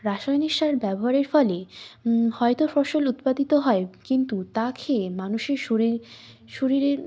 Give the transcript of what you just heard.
রাসায়নিক সার ব্যবহারের ফলে হয়তো ফসল উৎপাদিত হয় কিন্তু তা খেয়ে মানুষের শরীর শরীরের